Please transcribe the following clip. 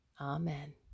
Amen